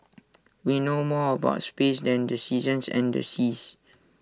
we know more about space than the seasons and the seas